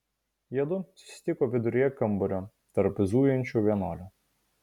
jiedu susitiko viduryje kambario tarp zujančių vienuolių